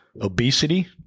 obesity